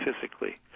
physically